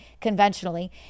conventionally